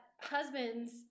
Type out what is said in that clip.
husbands